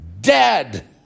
dead